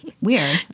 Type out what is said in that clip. Weird